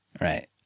Right